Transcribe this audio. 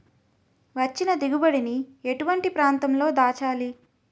వచ్చిన దిగుబడి ని ఎటువంటి ప్రాంతం లో దాచాలి?